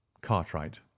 cartwright